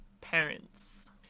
parents